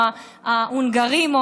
או ההונגרים,